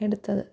എടുത്തത്